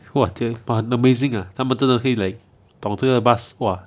!wah! the part uh amazing ah 他们真的可以 like 懂这个 bus 哇